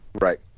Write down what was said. Right